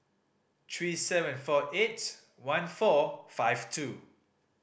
three seven four eight one four five two